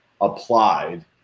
applied